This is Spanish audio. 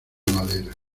madera